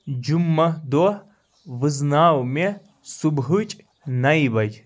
جمعہ دۄہ وٕزناو مےٚ صُبحٕچ نیہِ بَجہِ